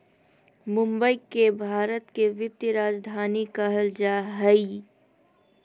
मुंबई के भारत के वित्तीय राजधानी कहल जा हइ